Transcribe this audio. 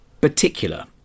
particular